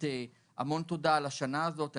המון תודה על השנה הזאת.